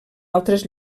altres